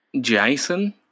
Jason